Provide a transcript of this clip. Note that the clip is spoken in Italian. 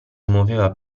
muoveva